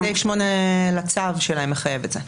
סעיף 8 לצו שלהם מחייב את זה.